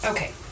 Okay